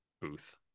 booth